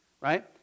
right